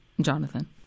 Jonathan